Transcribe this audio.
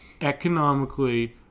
economically